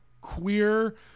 queer